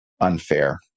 unfair